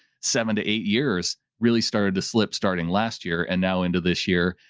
seven to eight years really started to slip starting last year and now into this year.